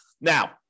Now